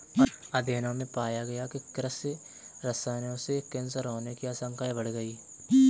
अध्ययनों में पाया गया है कि कृषि रसायनों से कैंसर होने की आशंकाएं बढ़ गई